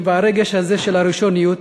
של הראשוניות,